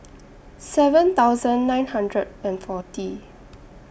seven thousand nine hundred and forty